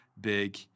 big